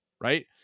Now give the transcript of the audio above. right